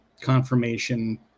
confirmation